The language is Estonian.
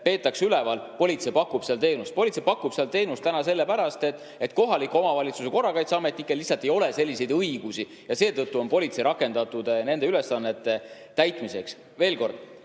peetakse üleval, politsei pakub seda teenust. Politsei pakub seda teenust sellepärast, et kohaliku omavalitsuse korrakaitseametnikel lihtsalt ei ole selliseid õigusi, ja seetõttu on politsei rakendatud nende ülesannete täitmiseks. See